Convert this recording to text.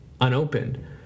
unopened